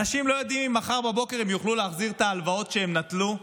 אנשים לא יודעים אם מחר בבוקר הם יוכלו להחזיר את ההלוואות שהם נטלו,